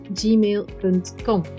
gmail.com